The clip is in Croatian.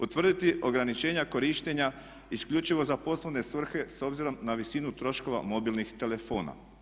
Utvrditi ograničenja korištenja isključivo za poslovne svrhe s obzirom na visinu troškova mobilnih telefona.